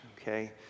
okay